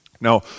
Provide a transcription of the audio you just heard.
Now